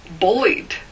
bullied